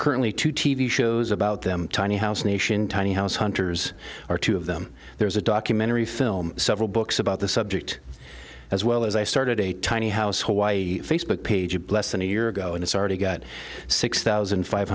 currently two t v shows about them tiny house nation tiny house hunters are two of them there is a documentary film several books about the subject as well as i started a tiny house why a facebook page a blessin a year ago and it's already got six thousand five